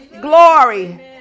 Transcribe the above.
glory